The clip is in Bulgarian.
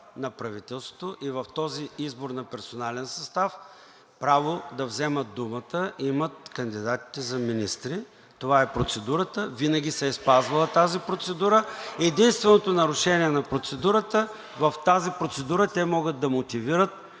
на правителството и в този избор на персонален състав право да вземат думата имат кандидатите за министри. Това е процедурата, винаги се е спазвала тази процедура. Единственото нарушение на процедурата – в тази процедура те могат да мотивират